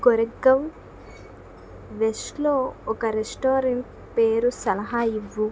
గోరేగ్గవ్ వెస్ట్లో ఒక రెస్టారెంట్ పేరు సలహా ఇవ్వు